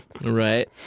right